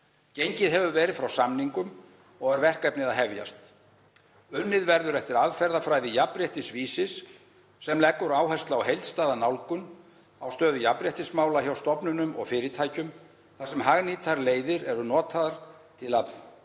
Gengið hefur verið frá samningum og er verkefnið að hefjast. Unnið verður eftir aðferðafræði Jafnréttisvísis sem leggur áherslu á heildstæða nálgun á stöðu jafnréttismála hjá stofnunum og fyrirtækjum þar sem hagnýtar leiðir eru notaðar til að